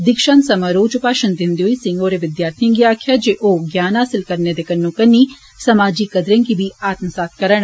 दिक्षांत समारोह च भाशण दिन्दे होई सिंह होरे विद्यार्थिए गी आक्खेआ जे ओ ज्ञान हासिल करने दे कन्नो कन्नी समाजी कदरे गी बी आत्मसात करन